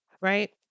Right